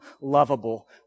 lovable